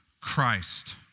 Christ